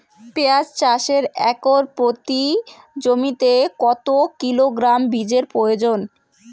পেঁয়াজ চাষে একর প্রতি জমিতে কত কিলোগ্রাম বীজের প্রয়োজন?